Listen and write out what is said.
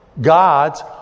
God's